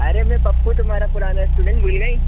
अरे मैं पप्पू तुमहारा पुराना स्टूडेंट भूल गई